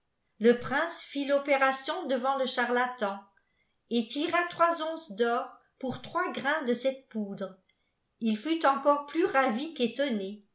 le prince fit l'opération devant le charlatan el lira trois onces d'or pour trois graii s de cette pk udreî il fut encore plus ravi qu'étonné